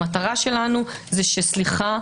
המטרה שלנו סליחה,